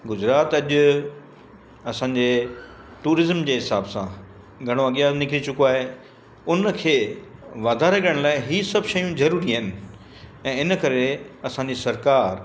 गुजरात अॼु असांजे ट्यूरिज़्म जे हिसाब सां घणो अॻियां निकिरी चुको आहे हुनखे वधारे करण लाइ ही सभु शयूं ज़रूरी आहिनि ऐं इनकरे असांजी सरकारि